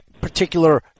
particular